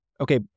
Okay